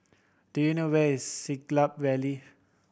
do you know where is Siglap Valley